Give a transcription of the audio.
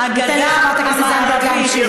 הגדה המערבית,